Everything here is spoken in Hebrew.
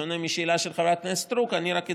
בשונה מהשאלה של חברת הכנסת סטרוק, אני רק אציין,